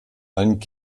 einen